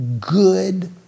good